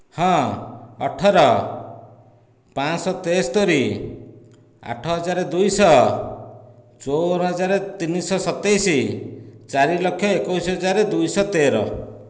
ହଁ ଅଠର ପାଞ୍ଚଶହ ତେସ୍ତରି ଆଠ ହାଜର ଦୁଇଶହ ଚଉବନ ହାଜର ତିନିଶହ ସତେଇଶ ଚାରି ଲକ୍ଷ ଏକୋଇଶ ହଜାର ଦୁଇଶହ ତେର